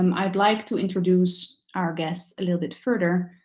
um i'd like to introduce our guests a little bit further.